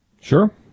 Sure